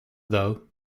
though